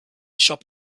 shop